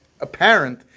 apparent